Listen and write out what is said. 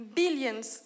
billions